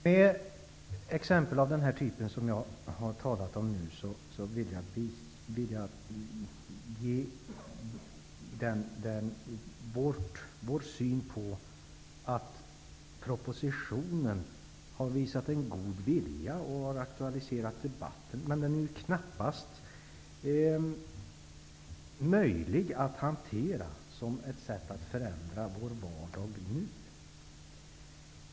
Med exempel av den typ som jag nu har talat om vill jag ge Vänsterpartiets syn på propositionen, vilken har visat en god vilja och som har aktualiserat debatten. Men propositionen är knappast möjlig att hantera för att förändra vår vardag nu.